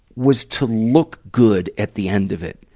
was to look good at the end of it.